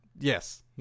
Yes